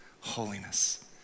holiness